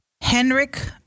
Henrik